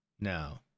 No